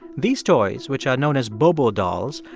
these toys, which are known as bobo dolls,